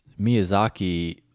miyazaki